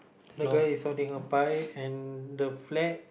the girl is holding a pie and the flag